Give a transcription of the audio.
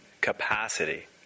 capacity